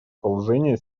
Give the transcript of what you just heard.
положения